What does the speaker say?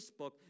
Facebook